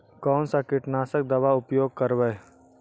कोन सा कीटनाशक दवा उपयोग करबय?